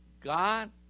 God